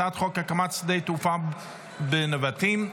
הצעת חוק הקמת שדה תעופה בנבטים,